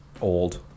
old